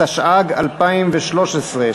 התשע"ג 2013,